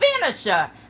finisher